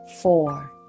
Four